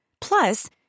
Plus